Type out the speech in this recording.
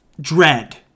dread